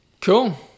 Cool